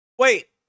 Wait